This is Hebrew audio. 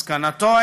מסקנתו,